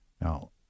Now